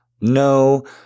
No